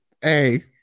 hey